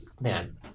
Man